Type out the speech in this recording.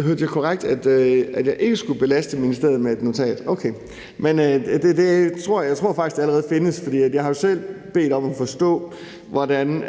Hørte jeg korrekt, at jeg ikke skulle belaste ministeriet med et notat? Okay. Men jeg tror faktisk, det allerede findes, for jeg har jo selv bedt om at forstå, hvordan